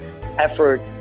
effort